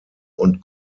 und